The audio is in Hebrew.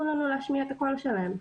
להשמיע את הקול שלהם.